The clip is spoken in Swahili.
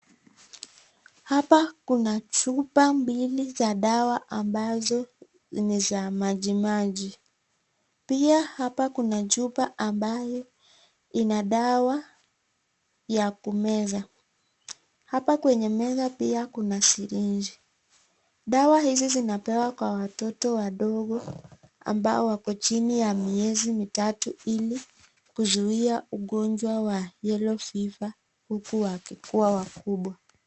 Hapa kuna chupa mbili za dawa ambazo ni za maji maji pia hapa kuna chupa ambayo ina dawa ya kumeza. Hapa kwenye meza pia kuna sirinji. Dawa hizi zinapewa kwa watoto wadogo ambao wako chini ya miezi mitatu ili kuzuia ugonjwa wa yellow fever huku wakikuwa wakubwa.